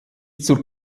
zur